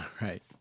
Right